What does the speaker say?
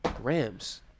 Rams